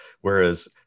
Whereas